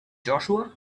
joshua